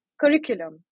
curriculum